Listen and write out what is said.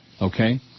Okay